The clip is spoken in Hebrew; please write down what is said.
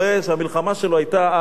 שהמלחמה שלו היתה על הטרוגניות,